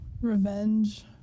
revenge